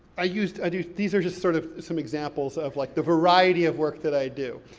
i used, i do, these are just sort of some examples of, like, the variety of work that i do.